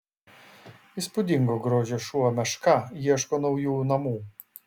įspūdingo grožio šuo meška ieško naujų namų